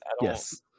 Yes